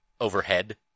overhead